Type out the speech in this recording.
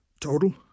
Total